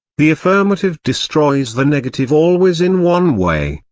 the affirmative destroys the negative always in one way,